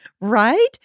right